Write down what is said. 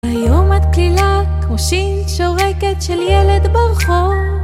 היום את קלילה כמו שין שורקת של ילד ברחוב